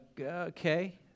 Okay